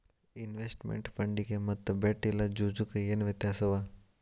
Investment ಫಂಡಿಗೆ ಮತ್ತ bet ಇಲ್ಲಾ ಜೂಜು ಕ ಏನ್ ವ್ಯತ್ಯಾಸವ?